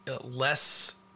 less